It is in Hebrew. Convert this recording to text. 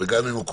וגם אם הוא כואב.